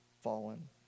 fallen